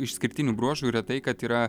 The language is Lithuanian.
išskirtinių bruožų yra tai kad yra